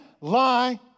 lie